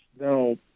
No